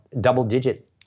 double-digit